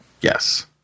Yes